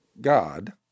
God